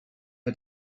had